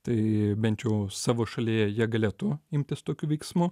tai bent jau savo šalyje jie galėtų imtis tokių veiksmų